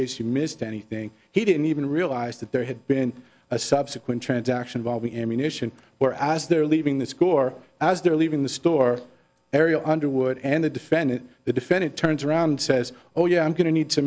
case you missed anything he didn't even realize that there had been a subsequent transaction of all the ammunition where as they're leaving the score as they're leaving the store ariel underwood and the defendant the defendant turns around and says oh yeah i'm going to need to